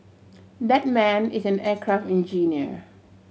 that man is an aircraft engineer